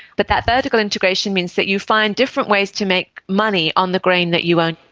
but that vertical integration means that you find different ways to make money on the grain that you own.